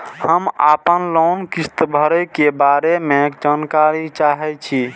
हम आपन लोन किस्त भरै के बारे में जानकारी चाहै छी?